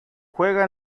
juega